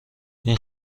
این